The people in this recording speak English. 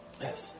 yes